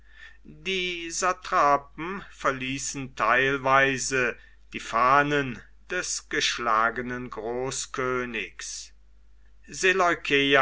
die satrapen verließen teilweise die fahnen des geschlagenen großkönigs